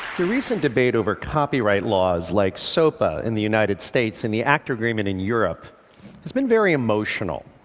the recent debate over copyright laws like sopa in the united states and the acta agreement in europe has been very emotional.